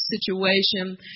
situation